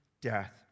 death